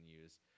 use